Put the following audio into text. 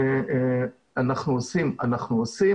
אנחנו עושים, אנחנו עושים